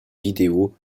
vidéos